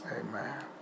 Amen